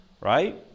Right